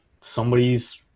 Somebody's